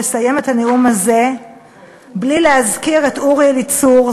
לסיים את הנאום הזה בלי להזכיר את אורי אליצור,